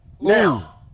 Now